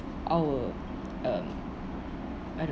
our um I don't